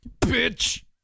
bitch